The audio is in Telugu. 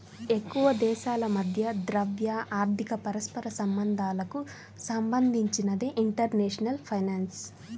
ఎక్కువదేశాల మధ్య ద్రవ్య, ఆర్థిక పరస్పర సంబంధాలకు సంబంధించినదే ఇంటర్నేషనల్ ఫైనాన్స్